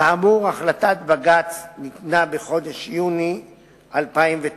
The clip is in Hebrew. כאמור, החלטת בג"ץ ניתנה בחודש יוני 2009,